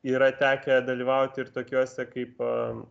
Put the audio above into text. yra tekę dalyvauti ir tokiose kaip